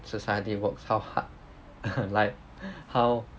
society works how hard like how